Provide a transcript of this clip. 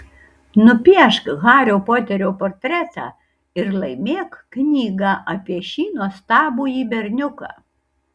nupiešk hario poterio portretą ir laimėk knygą apie šį nuostabųjį berniuką